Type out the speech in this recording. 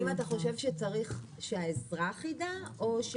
האם אתה חושב שצריך שהאזרח יידע או שהמועצה